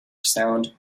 sound